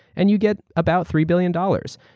and you get about three billion dollars.